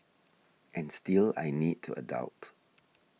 and still I need to adult